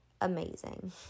amazing